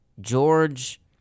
George